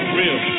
real